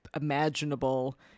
Imaginable